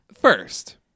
First